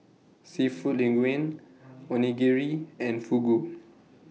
Seafood Linguine Onigiri and Fugu